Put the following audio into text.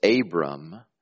Abram